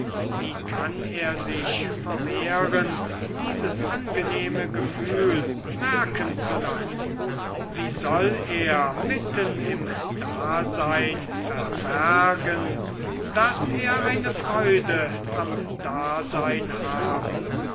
wie kann er sich verwehren dieses angenehme gefühl merken zu lassen wie soll er mitten im dasein verbergen daß er eine freude am dasein habe